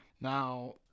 Now